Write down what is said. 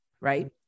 Right